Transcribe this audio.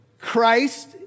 Christ